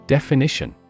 Definition